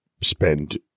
spend